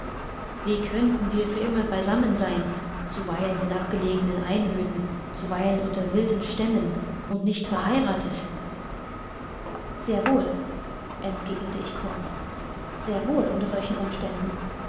wie könnten wir für immer beisammen sein zuweilen in abgelegenen einöden zuweilen unter wilden stämmen und nicht verheiratet sehr wohl entgegnete ich kurz sehr wohl unter solchen umständen